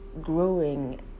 growing